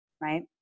right